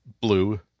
blue